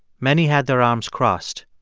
many had their arms crossed.